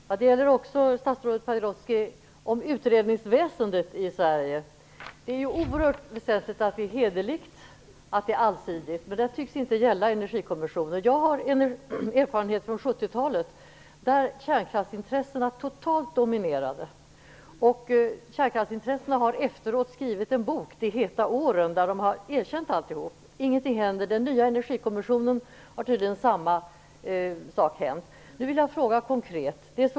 Fru talman! Jag har också en fråga till statsrådet Pagrotsky som gäller utredningsväsendet i Sverige. Det är oerhört väsentligt att det är hederligt och allsidigt, men det tycks inte gälla Energikommissionen. Jag har erfarenhet från 70-talet, då kärnkraftsintressena var totalt dominerande. Företrädare för kärnkraftsintressena har efteråt skrivit en bok, De heta åren, i vilken de erkänner alltihop. Ingenting händer. I den nya energikommissionen har tydligen samma sak hänt.